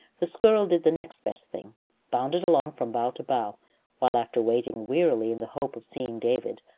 the squirrel did the next best thing bounded along from bough to bough while, after waiting wearily in the hope of seeing david,